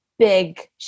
big